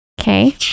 Okay